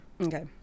Okay